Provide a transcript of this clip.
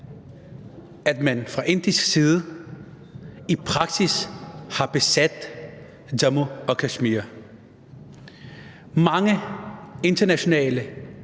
at man fra indisk side i praksis har besat Jammu og Kashmir. Mange internationale